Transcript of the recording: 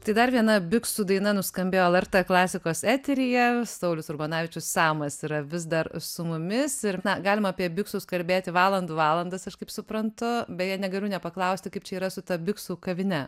tai dar viena biksų daina nuskambėjo lrt klasikos eteryje saulius urbonavičius samas yra vis dar su mumis ir na galima apie biksus kalbėti valandų valandas aš kaip suprantu beje negaliu nepaklausti kaip čia yra su ta biksų kavine